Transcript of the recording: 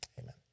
Amen